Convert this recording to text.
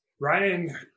Ryan